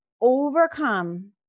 overcome